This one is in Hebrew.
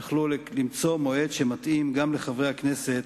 יכלו למצוא מועד שמתאים גם לחברי הכנסת